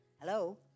hello